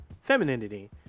femininity